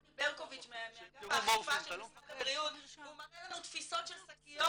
ברקוביץ' מאגף האכיפה של משרד הבריאות והוא מראה לנו תפיסות של שקיות